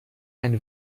ein